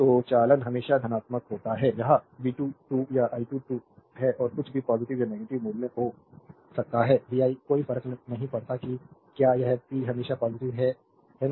तो चालन हमेशा धनात्मक होता है यह v2 2 या i2 2 है जो कुछ भी पॉजिटिव या नेगेटिव मूल्य हो सकता है vi कोई फर्क नहीं पड़ता कि क्या यह पी हमेशा पॉजिटिव है है ना